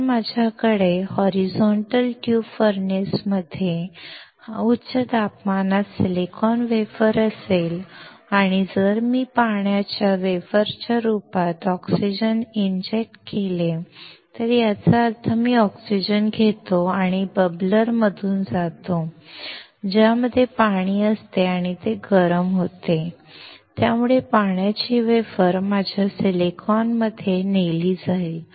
जर माझ्याकडे क्षैतिज ट्यूब फर्नेसमध्ये उच्च तापमानात सिलिकॉन वेफर असेल आणि जर मी पाण्याच्या वाफेच्या रूपात ऑक्सिजन इंजेक्ट केले तर याचा अर्थ मी ऑक्सिजन घेतो आणि तो बबलर मधून जातो ज्यामध्ये पाणी असते आणि ते गरम होते त्यामुळे पाण्याची वाफ माझ्या सिलिकॉनमध्ये नेली जाईल